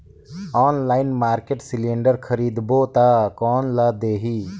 Online market cylinder खरीदबो ता कोन ला देही?